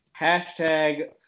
Hashtag